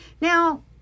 Now